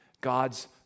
God's